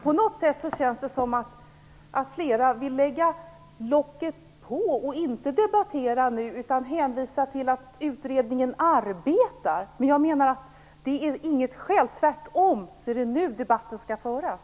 På något sätt känns det som om flera vill lägga locket på och inte debattera nu med hänvisning till att utredningen arbetar. Det är inget skäl. Tvärtom är det nu debatten skall föras.